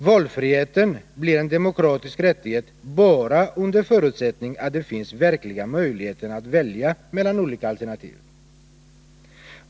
Valfriheten blir en demokratisk rättighet bara under förutsättning att det finns verkliga möjligheter att välja mellan olika alternativ.